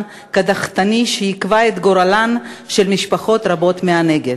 קדחתני שיקבע את גורלן של משפחות רבות בנגב.